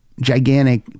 gigantic